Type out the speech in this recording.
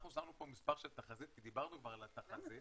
אנחנו שמנו פה מספר של תחזית ודיברנו כבר על התחזית --- למה?